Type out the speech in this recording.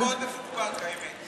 זה כבוד מאוד מפוקפק, האמת.